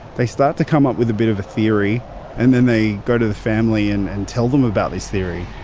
they start to come up with a bit of a theory and then they go to the family and and tell them about this theory.